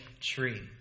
tree